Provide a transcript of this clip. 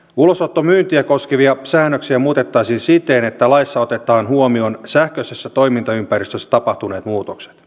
ulosottomyyntiä koskevia säännöksiä muutettaisiin siten että laissa otetaan huomioon sähköisessä toimintaympäristössä tapahtuneet muutokset